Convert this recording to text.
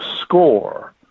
score